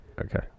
okay